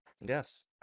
yes